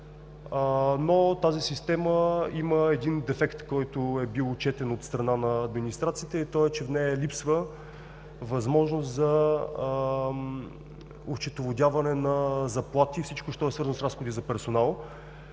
Но тази система има един дефект, който е бил отчетен от страна на администрацията. Той е, че в нея липсва възможност за осчетоводяване на заплати и всичко що е свързано с разходи за персонал.